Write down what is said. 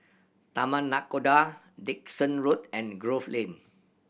Taman Nakhoda Dickson Road and Grove Lane